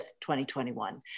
2021